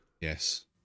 Yes